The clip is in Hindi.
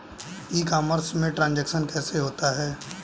ई कॉमर्स में ट्रांजैक्शन कैसे होता है?